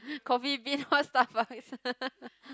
coffee-bean not Starbucks